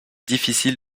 difficile